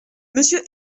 monsieur